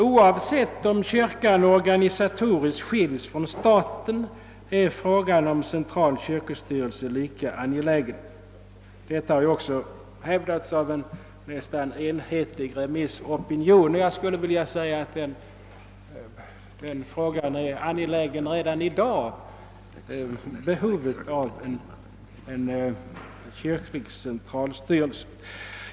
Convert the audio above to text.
Oavsett om kyrkan organisatoriskt skils från staten eller ej är frågan om central kyrkostyrelse lika angelägen. Detta har också hävdats av en nästan enhällig remissopinion. Jag skulle vilja säga att behovet av en kyrklig centralstyrelse är angeläget redan i dag.